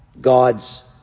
God's